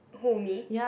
who me